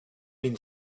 been